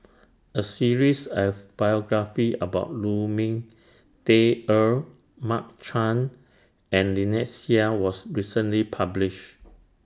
A series of biographies about Lu Ming Teh Earl Mark Chan and Lynnette Seah was recently published